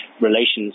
relations